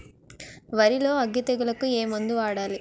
వరిలో అగ్గి తెగులకి ఏ మందు వాడాలి?